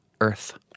Earth